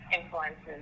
influences